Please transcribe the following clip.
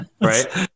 right